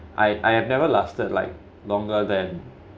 I I have never lasted like longer than